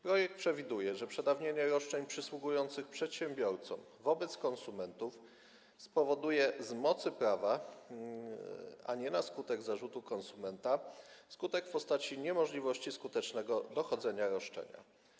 Projekt przewiduje, że przedawnienie roszczeń przysługujących przedsiębiorcom wobec konsumentów spowoduje z mocy prawa - a nie na skutek zarzutu konsumenta - skutek w postaci niemożliwości skutecznego dochodzenia roszczenia.